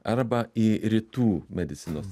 arba į rytų medicinos